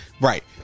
Right